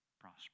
prosper